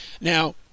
Now